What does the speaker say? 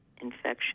infection